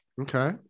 Okay